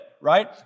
right